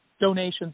donations